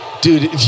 Dude